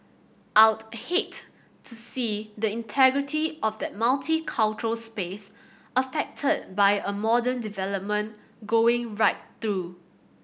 I'd hate to see the integrity of that multicultural space affected by a modern development going right through